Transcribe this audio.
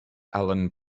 allen